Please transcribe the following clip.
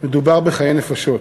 מדובר בחיי נפשות.